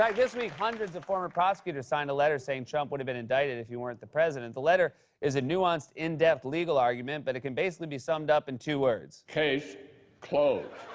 like this week, hundreds of former prosecutors signed a letter saying trump would've been indicted if he weren't the president. the letter is a nuanced, in-depth legal argument, but it can basically be summed up in two words. case closed.